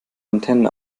antennen